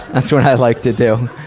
that's what i like to do.